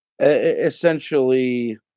essentially